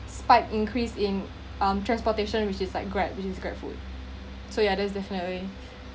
spike increase in um transportation which is like grab which is grab food so yeah that's definitely